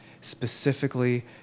Specifically